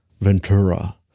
Ventura